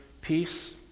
peace